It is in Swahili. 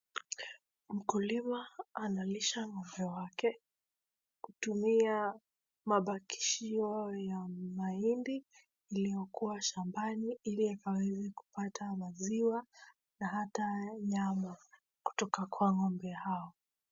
Mkulima analisha ng'ombe wake kutumia mabakishio ya mahindi iliyokuwa shambani ili akaweze kupata maziwa na hata nyama kutoka kwa ng'ombe hao.